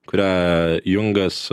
kurią jungas